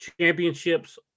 championships